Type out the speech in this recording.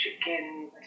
chicken